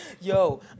Yo